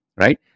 right